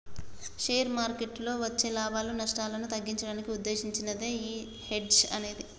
share మార్కెట్టులో వచ్చే లాభాలు, నష్టాలను తగ్గించడానికి వుద్దేశించినదే యీ హెడ్జ్ అనేది